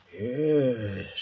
Yes